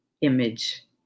image